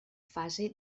fase